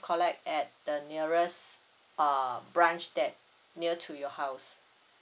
collect at the nearest uh branch that near to your house